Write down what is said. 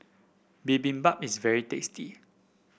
bibimbap is very tasty